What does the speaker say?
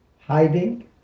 hiding